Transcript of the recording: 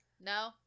No